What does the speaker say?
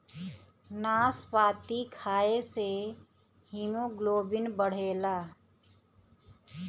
नाशपाती खाए से हिमोग्लोबिन बढ़ेला